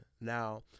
Now